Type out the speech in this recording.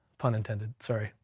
pun intended, sorry.